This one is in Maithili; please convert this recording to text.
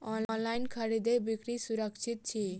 ऑनलाइन खरीदै बिक्री सुरक्षित छी